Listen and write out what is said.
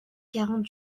quarante